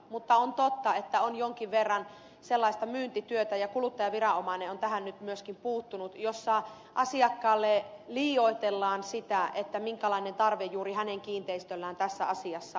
mutta on totta että on jonkin verran sellaista myyntityötä ja kuluttajaviranomainen on tähän nyt myöskin puuttunut jossa asiakkaalle liioitellaan sitä minkälainen tarve juuri hänen kiinteistöllään tässä asiassa on